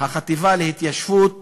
החטיבה להתיישבות